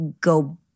go